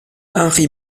henri